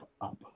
up